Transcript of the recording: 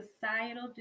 societal